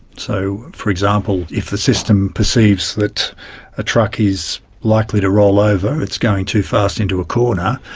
so, for example, if the system perceives that a truck is likely to roll over, it's going too fast into a corner,